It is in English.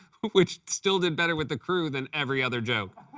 which still did better with the crew than every other joke.